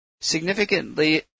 Significantly